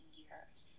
years